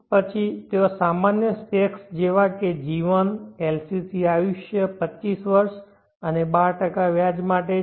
પછી ત્યાં સામાન્ય સ્પેક્સ જેવા કે જીવન LCC આયુષ્ય 25 વર્ષ અને 12 વ્યાજ માટે છે